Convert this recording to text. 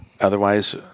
Otherwise